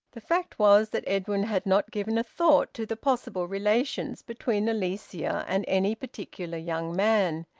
the fact was that edwin had not given a thought to the possible relations between alicia and any particular young man.